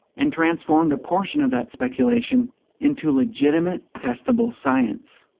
and transformed a portion of that speculation into legitimate testable science!